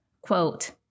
quote